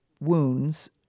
wounds